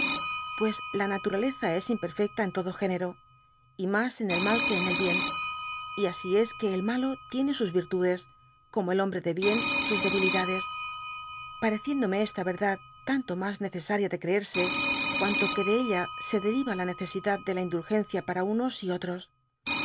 pues la naturaleza es imperfecta en todo género y mas en el mal que en el bien y asi es que el malo tiene sus virtudes como el hombre de bien sus debilidades pareciendome esta verdad tanto mas necesaria de creerse cuanto que de ella se deriba la necesidad dé la indulgencia para unos y otros